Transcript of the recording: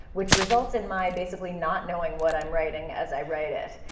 which results in my basically not knowing what i'm writing as i write it.